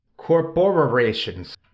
Corporations